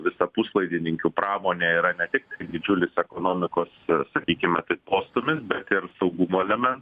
visa puslaidininkių pramonė yra ne tik didžiulis ekonomikos sakykime tai postūmis bet ir saugumo elementas